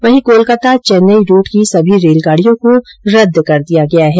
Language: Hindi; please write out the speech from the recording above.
वहीं कोलकाता चैन्नई रूट की सभी रेलगाड़ियों को रद्द कर दिया गया है